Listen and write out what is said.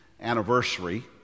anniversary